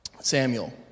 Samuel